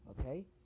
Okay